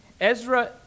Ezra